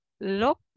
look